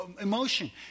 emotion